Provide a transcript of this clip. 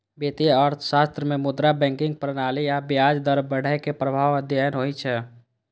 वित्तीय अर्थशास्त्र मे मुद्रा, बैंकिंग प्रणाली आ ब्याज दर बढ़ै के प्रभाव अध्ययन होइ छै